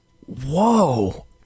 Whoa